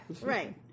right